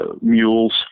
mules